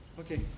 Okay